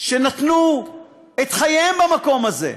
שנתנו את חייהם במקום הזה,